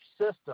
system